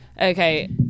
Okay